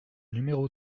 numéro